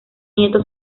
nieto